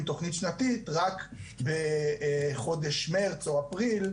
תכנית שנתית רק בחודש מרץ או אפריל,